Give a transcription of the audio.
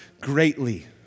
greatly